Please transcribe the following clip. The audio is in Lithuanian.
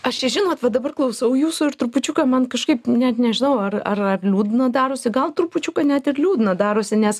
aš čia žinot va dabar klausau jūsų ir trupučiuką man kažkaip net nežinau ar ar liūdna darosi gal trupučiuką net ir liūdna darosi nes